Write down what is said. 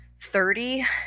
thirty